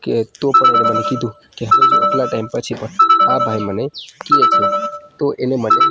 કે તો મને કીધું કે હવે કેટલા ટાઈમ પછી પણ આ ભાઈ મને એટલે કે છે તો એને મને